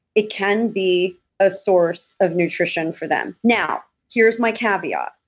it can be a source of nutrition for them. now, here's my caveat.